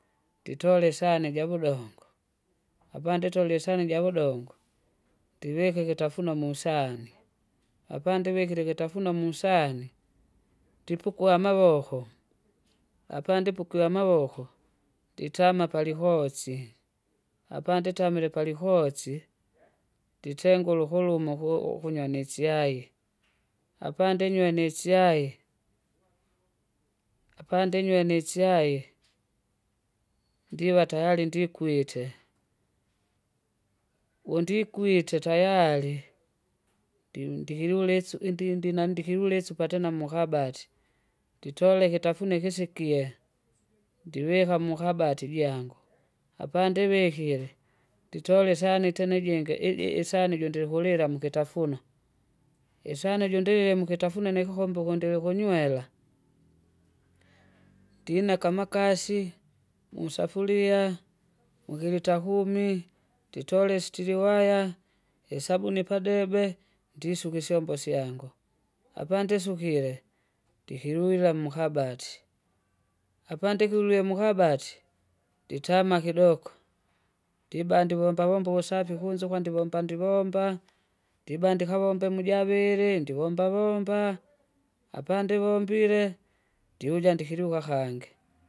Nditole isahani javudongo, apanditolie isahani javudongo, ndivike ikitafunwa musani, apandivikile ikitafunwa musahani, ndipukwa amavoko, apandipukie amavoko, nditama palihosi, apanditamile palihosi, nditengure ukuluma uku- ukunyo nisyai, apandinywe nisyai, apandinywe nisyai, ndiva tayari ndikwite, wendikwite tayari, ndi- ndihilulisu indindi nandikilulisu pata namukabati, nditole ikitafunywa ikisikie, ndivika mukabati jangu. apandivikile, nditole isani tena ijingi iji- isani jondikukulila mukitafunywa isani jondilile mukitafuna nikikombe kundili kunywera, ndineka amakasi, musafuria, mkulita kumi, nditole isitili waya, isabuni padebe, ndisuka isyombo syangu. Apandisukile, ndikilwira mukabati, apandikilwe mukabati, nditama kidoko, ndiba ndivomba vomba uvusafi kunzukwa ndivomba ndivomba, ndibandika vombe mujavili ndivombavomba, apandivombile, ndiuja ndikiluka akangi.